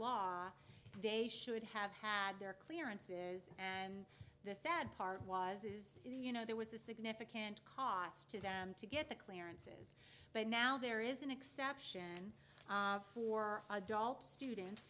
law they should have had their clearances and the sad part was is you know there was a significant cost to them to get the clearance but now there is an exception for adult students